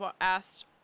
asked